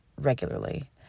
regularly